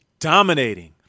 dominating